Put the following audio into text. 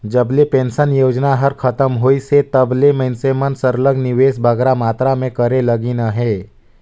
जब ले पेंसन योजना हर खतम होइस हे तब ले मइनसे मन सरलग निवेस बगरा मातरा में करे लगिन अहे